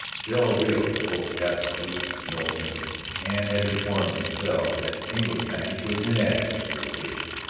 del rio spoke absolutely no english and had informed himself that engle's spanish was inadequate for the occasion.